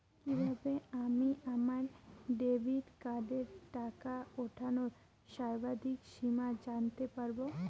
কিভাবে আমি আমার ডেবিট কার্ডের টাকা ওঠানোর সর্বাধিক সীমা জানতে পারব?